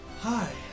Hi